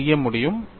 அதைச் செய்ய முடியும்